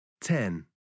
ten